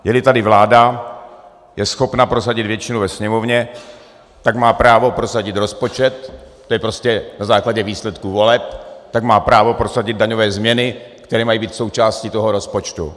Jeli tady vláda, je schopna prosadit většinu ve Sněmovně, tak má právo prosadit rozpočet, to je prostě na základě výsledku voleb, tak má právo prosadit daňové změny, které mají být součástí toho rozpočtu.